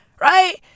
Right